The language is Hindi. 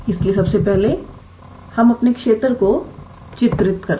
इसलिए सबसे पहले हम अपने क्षेत्र को चित्रित करें